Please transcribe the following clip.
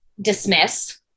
dismiss